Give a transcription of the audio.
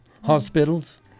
hospitals